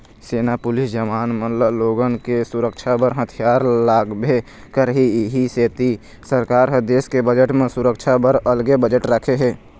सेना, पुलिस जवान मन ल लोगन के सुरक्छा बर हथियार लागबे करही इहीं सेती सरकार ह देस के बजट म सुरक्छा बर अलगे बजट राखे हे